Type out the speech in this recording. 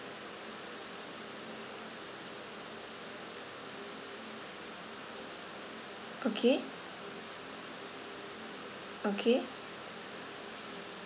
okay okay